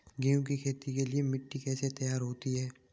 गेहूँ की खेती के लिए मिट्टी कैसे तैयार होती है?